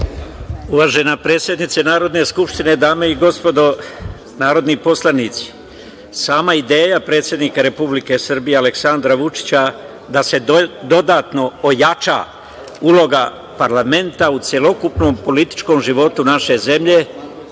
Uvažena predsednice Narodne skupštine, dame i gospodo narodni poslanici, sama ideja predsednika Republike Srbije Aleksandra Vučića da se dodatno ojača uloga parlamenta u celokupnom političkom životu naše zemlje